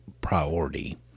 priority